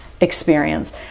experience